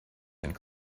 and